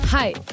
Hi